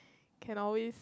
can always